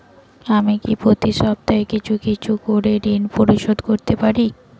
আমি কি প্রতি সপ্তাহে কিছু কিছু করে ঋন পরিশোধ করতে পারি?